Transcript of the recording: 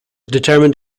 determined